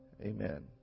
Amen